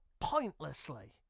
pointlessly